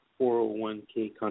401k